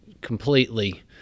completely